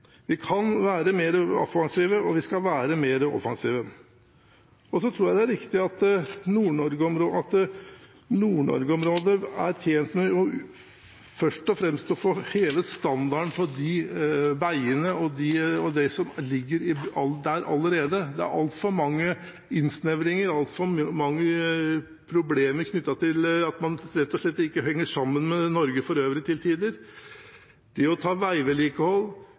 Vi kan være mer offensive, og vi skal være mer offensive. Jeg tror det er riktig at Nord-Norge er tjent med først og fremst å få hevet standarden på de veiene og det som allerede ligger der. Det er altfor mange innsnevringer og altfor mange problemer knyttet til at man til tider rett og slett ikke henger sammen med Norge for øvrig. Det å utføre veivedlikehold,